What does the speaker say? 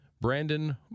Brandon